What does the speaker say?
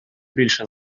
більше